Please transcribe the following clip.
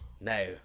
no